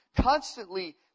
constantly